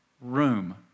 room